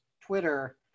Twitter